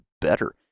better